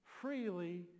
freely